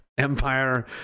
empire